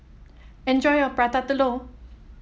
enjoy your Prata Telur